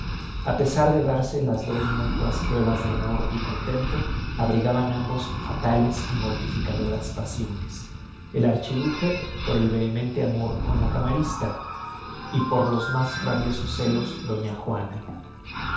a pesar de darse los dos mútuas pruebas de amor y contento abrigaban ambos fatales y mortificadoras pasiones el archiduque por el vehemente amor con la camarista y por los mas rabiosos celos doña juana